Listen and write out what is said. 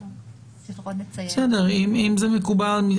בסדר, אם זה מקובל.